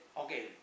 Okay